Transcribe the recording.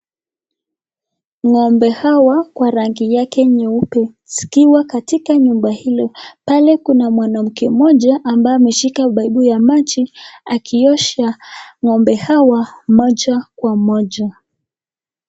Ng'ombe hawa kwa rangi yake nyeupe zikiwa katika nyumba hilo. Pale kuna mwanamke mmoja ambaye ameshika pipu ya maji akiosha ng'ombe hawa moja kwa moja.